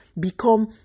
become